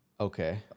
Okay